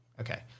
Okay